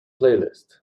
playlist